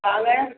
वांङण